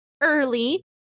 early